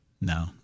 No